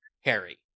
Harry